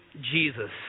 Jesus